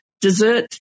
dessert